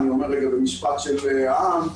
במירכאות,